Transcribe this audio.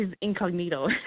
incognito